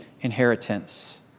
inheritance